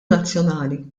nazzjonali